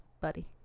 buddy